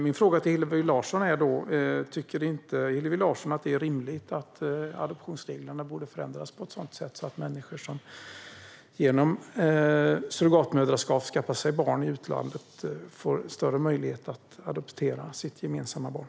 Min fråga till Hillevi Larsson är: Tycker inte Hillevi Larsson att det är rimligt att adoptionsreglerna borde förändras på ett sådant sätt att människor som genom surrogatmoderskap skaffar sig barn i utlandet får större möjlighet att adoptera sitt gemensamma barn?